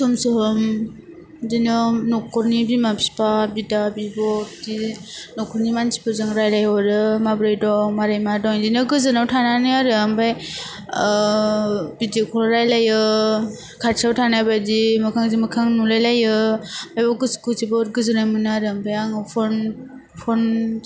सम सहम बिदिनो नख'रनि बिमा फिफा बिदा बिब' बिदि नख'रनि मानसिफोरजों रायलाइहरो माब्रै दं मारै मा दं बिदिनो गोजोनाव थानानै आरो आमफाय ओह भिडिअ कल रायलायो खाथियाव थानाय बायदि मोखांजों मोखां नुलायलाइयो बेयाव गोसोखौ जोबोद गोजोननाय मोनो आरो आमफ्राय आङो फन फन